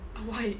why